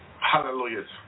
Hallelujah